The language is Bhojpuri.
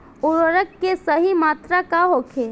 उर्वरक के सही मात्रा का होखे?